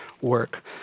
Work